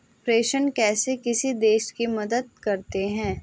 प्रेषण कैसे किसी देश की मदद करते हैं?